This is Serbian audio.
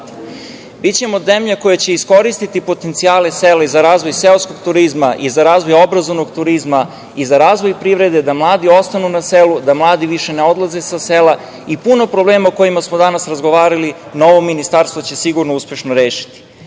zemlja koja će iskoristiti potencijale sela i za razvoj seoskog turizma i za razvoj obrazovnog turizma i za razvoj privrede da mladi ostanu na selu, da mladi više ne odlaze sa sela i puno problema o kojima smo danas razgovarali novo ministarstvo će sigurno uspešno rešiti. Takođe,